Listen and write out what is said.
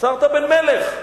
נוצרת בן מלך"